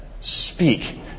Speak